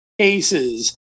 cases